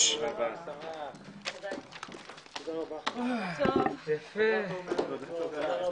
הישיבה ננעלה בשעה 16:40.